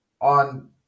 on